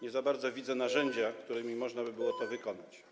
Nie za bardzo widzę narzędzia, którymi można by było to wykonać.